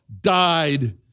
died